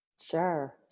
Sure